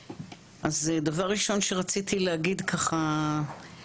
דבר ראשון שרציתי להגיד לכולם,